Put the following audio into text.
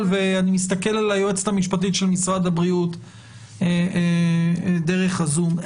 ואני מסתכל על היועצת המשפטית של משרד הבריאות דרך הזום,